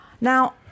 Now